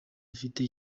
afite